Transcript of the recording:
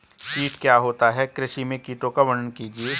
कीट क्या होता है कृषि में कीटों का वर्णन कीजिए?